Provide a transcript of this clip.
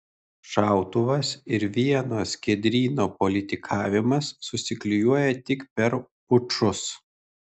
šautuvas ir vieno skiedryno politikavimas susiklijuoja tik per pučus